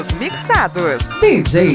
mixados